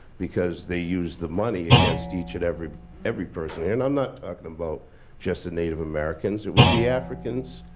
because they use the money against each and every every person. and i'm not talking about just the native americans, it was the africans,